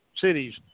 cities